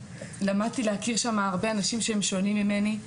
ולמדתי להכיר שם הרבה אנשים שהם שונים ממני,